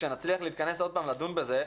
כשנצליח בהמשך להתכנס ולדון בזה,